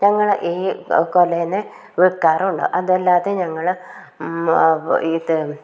ഞങ്ങളെ ഈ കൊലയിൽ നിന്ന് വിൽക്കാറുണ്ട് അതല്ലാതെ ഞങ്ങൾ ഇത്